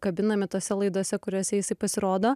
kabinami tose laidose kuriose jisai pasirodo